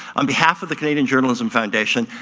on behalf of the canadian journalism foundation,